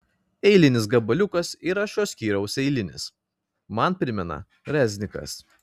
eilinis gabaliukas yra šio skyriaus eilinis man primena reznikas